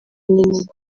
nyina